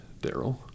Daryl